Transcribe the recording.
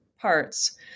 parts